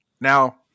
Now